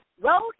road